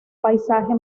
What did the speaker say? paisaje